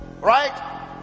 right